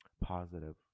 positive